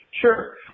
sure